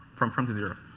from from to zero.